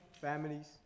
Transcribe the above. families